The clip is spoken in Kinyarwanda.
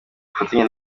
bufatanye